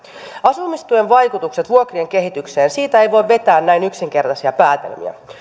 asumistuen vaikutuksesta vuokrien kehitykseen ei voi vetää näin yksinkertaisia päätelmiä